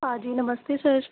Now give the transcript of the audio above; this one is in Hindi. हाँ जी नमस्ते सर